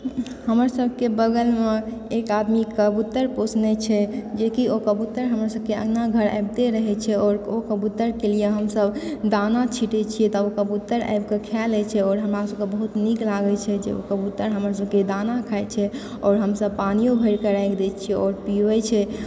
हमर सबकेँ बगलमे एक आदमी कबूतर पोसने छै जेकि ओ कबूतर हमर सबकेँ अङ्गना घर अबिते रहए छै आओर ओ कबूतरके लिए हमसब दाना छीटए छिऐ तब कबूतर आबिके खा लए छै आओर हमरा सबकेँ बहुत नीक लागए छै जे ओ कबूतर हमर सबकेँ दाना खाए छै आओर हमसब पानियो भरिके राखि दए छिऐ आओर पीबए छै ओ पानि